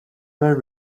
the